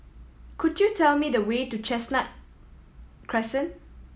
could you tell me the way to Chestnut Crescent